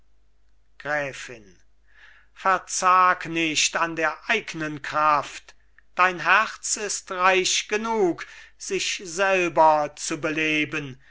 gräfin verzag nicht an der eignen kraft dein herz ist reich genug sich selber zu beleben